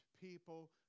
people